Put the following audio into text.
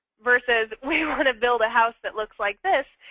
versus we want to build a house that looks like this.